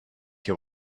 you